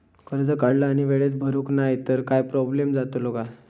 कर्ज काढला आणि वेळेत भरुक नाय तर काय प्रोब्लेम जातलो काय?